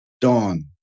Dawn